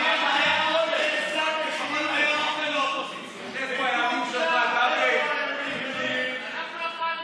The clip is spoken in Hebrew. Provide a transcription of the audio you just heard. סעיפים 3 4, כהצעת הוועדה, נתקבלו.